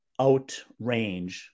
outrange